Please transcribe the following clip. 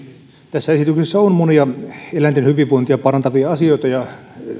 tässä esityksessä on monia eläinten hyvinvointia parantavia asioita ja